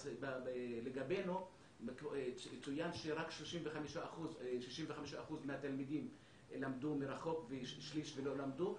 אז לגבינו יצוין שרק 65% מהתלמידים למדו מרחוק ושליש לא למדו.